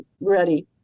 ready